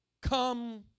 come